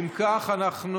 אם כך, אנחנו,